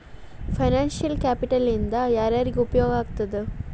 Financial capital ಇಂದಾ ಯಾರ್ಯಾರಿಗೆ ಉಪಯೊಗಾಗ್ತದ?